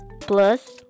plus